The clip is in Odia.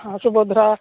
ହଁ ସୁଭଦ୍ରା